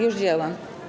Już działa.